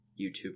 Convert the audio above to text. YouTube